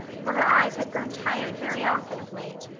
for her eyes had grown tired very often of late.